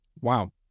wow